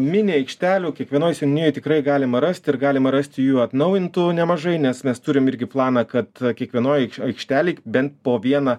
mini aikštelių kiekvienoj seniūnijoj tikrai galima rasti ir galima rasti jų atnaujintų nemažai nes mes turim irgi planą kad kiekvienoj aikštelėj bent po vieną